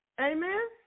Amen